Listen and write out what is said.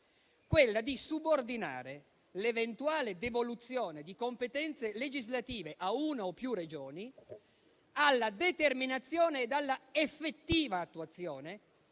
centrale: subordinare l'eventuale devoluzione di competenze legislative a una o più Regioni alla determinazione e all'effettiva attuazione